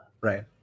Right